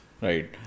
right